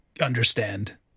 understand